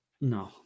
No